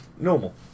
normal